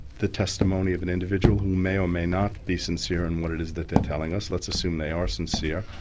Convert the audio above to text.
the testimony of an individual who may or may not be sincere in what it is that they're telling us, let's assume they are sincere.